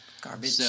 Garbage